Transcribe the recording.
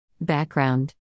Background